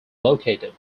located